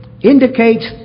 Indicates